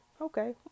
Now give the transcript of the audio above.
Okay